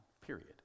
period